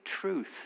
truth